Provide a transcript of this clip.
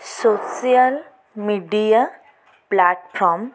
social media platform